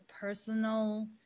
personal